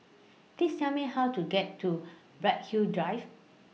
Please Tell Me How to get to Bright Hill Drive